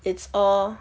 it's all